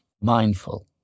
mindful